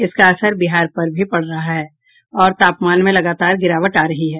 इसका असर बिहार पर भी पड़ रहा है और तापमान में लगातार गिरावट आ रही है